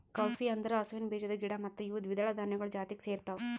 cowpea ಅಂದುರ್ ಹಸುವಿನ ಬೀಜದ ಗಿಡ ಮತ್ತ ಇವು ದ್ವಿದಳ ಧಾನ್ಯಗೊಳ್ ಜಾತಿಗ್ ಸೇರ್ತಾವ